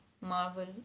Marvel